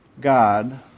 God